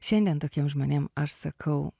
šiandien tokiem žmonėm aš sakau